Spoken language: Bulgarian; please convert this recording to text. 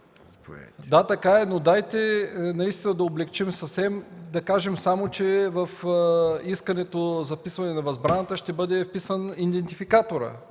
Да, така е, но дайте наистина да облекчим съвсем и да кажем само, че в искането за вписване на възбраната ще бъде вписан идентификаторът